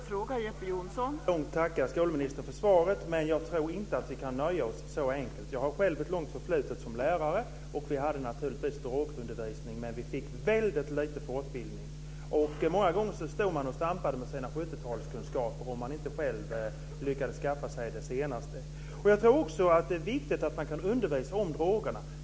Fru talman! Jag tackar skolministern för svaret. Men jag tror inte att vi kan nöja oss så enkelt. Jag har själv ett långt förflutet som lärare. Och vi hade naturligtvis drogundervisning, men vi fick väldigt lite fortbildning. Många gånger stod man och stampade med sina 70-talskunskaper om man inte själv lyckades skaffa sig det senaste. Jag tror också att det är viktigt att man kan undervisa om drogerna.